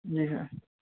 जी sir